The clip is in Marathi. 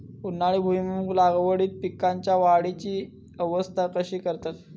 उन्हाळी भुईमूग लागवडीत पीकांच्या वाढीची अवस्था कशी करतत?